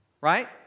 right